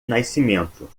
nascimento